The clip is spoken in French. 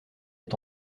est